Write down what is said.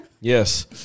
Yes